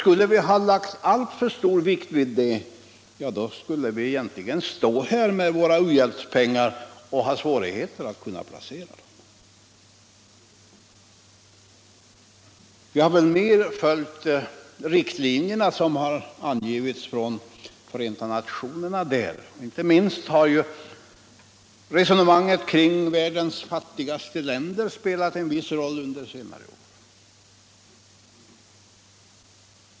Skulle vi ha lagt alltför stor vikt vid den sidan av saken, skulle vi fått stå här med våra u-hjälpspengar och haft svårigheter att placera dem. Vi har mer följt riktlinjerna som angivits från Förenta nationerna. Inte minst har resonemanget kring världens fattigaste länder spelat en viss roll under senare år.